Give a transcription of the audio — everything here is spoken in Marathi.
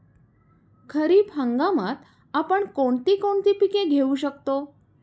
खरीप हंगामात आपण कोणती कोणती पीक घेऊ शकतो?